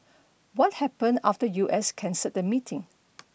what happened after U S cancelled the meeting